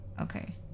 Okay